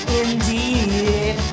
indeed